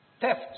theft